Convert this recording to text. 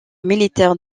militaire